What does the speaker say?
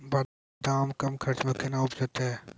बादाम कम खर्च मे कैना उपजते?